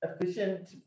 efficient